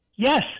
Yes